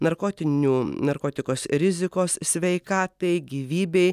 narkotinių narkotikos rizikos sveikatai gyvybei